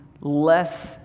less